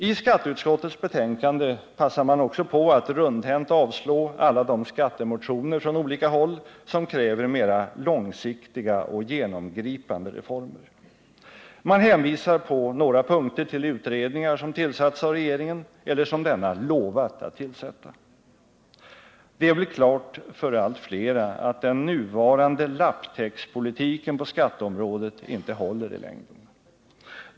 I skatteutskottets betänkande passar man också på att rundhänt avslå alla de skattemotioner från olika håll som kräver mera långsiktiga och genomgripande reformer. Man hänvisar på några punkter till utredningar som tillsatts av regeringen eller som denna lovat att tillsätta. Det är väl klart för allt flera att den nuvarande lapptäckspolitiken på skatteområdet inte håller i längden.